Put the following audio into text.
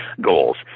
goals